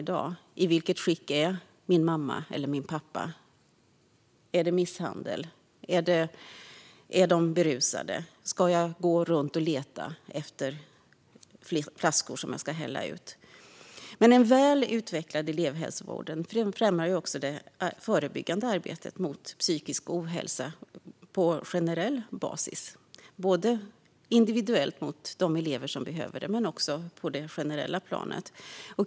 I vilket skick är elevens mamma eller pappa? Rör det sig om misshandel? Är de berusade? Ska eleven gå runt och leta efter flaskor som den ska hälla ut? En väl utvecklad elevhälsovård främjar också det förebyggande arbetet mot psykisk ohälsa på generell basis, både individuellt mot de elever som behöver det och på det generella planet.